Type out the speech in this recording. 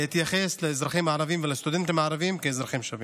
להתייחס לאזרחים הערבים ולסטודנטים הערבים כאל אזרחים שווים.